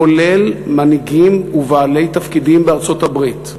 כולל מנהיגים ובעלי תפקידים בארצות-הברית,